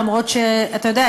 למרות שאתה יודע,